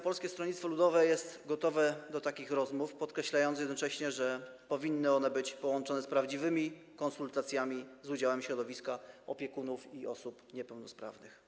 Polskie Stronnictwo Ludowe jest gotowe do takich rozmów, podkreślając jednocześnie, że powinny one być połączone z prawdziwymi konsultacjami z udziałem środowiska opiekunów i osób niepełnosprawnych.